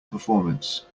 performance